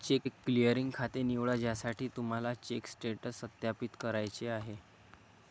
check clearing खाते निवडा ज्यासाठी तुम्हाला चेक स्टेटस सत्यापित करायचे आहे